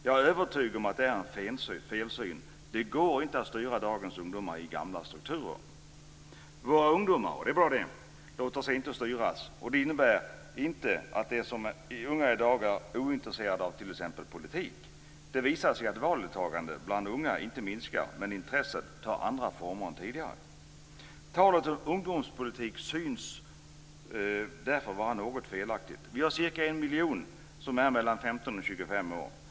Jag är övertygad om att det är en felsyn. Det går inte att styra in dagens ungdomar i gamla strukturer. Våra ungdomar låter sig inte styras, och det är bra. Det innebär inte att de som är unga i dag är ointresserade av t.ex. politik. Det visar sig att valdeltagandet bland unga inte minskar, men intresset tar andra former än tidigare. Talet om ungdomspolitik synes därför vara något felaktigt. Det är cirka en miljon människor som är mellan 15 och 25 år.